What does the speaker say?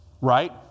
Right